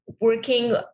working